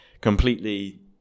completely